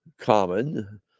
common